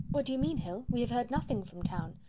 what do you mean, hill? we have heard nothing from town.